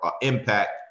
impact